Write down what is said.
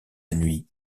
nuit